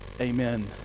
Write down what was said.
Amen